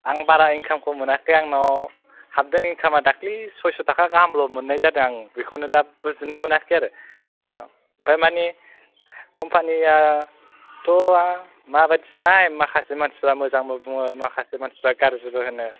आं बारा इनकामखौ मोनाखै आंनाव हाबदों इनकामा दाख्लि सयस'थाखा गाहामल' मोननाय जादों आं बेखौनो दा बुजिनोनो मोनाखै आरो औ ओमफाय मानि कम्पानीयाथ' माबायदिथाय माखासे मानसिफ्रा मोजांबो बुङो माखासे मानसिफ्रा गारजिबो होनो